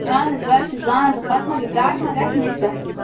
اَہن حَظ بہٕ حَظ چھُس زانان پتہٕ ما گاٹہٕ ما گژھِ مےٚ تہِ گژھُن